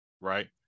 right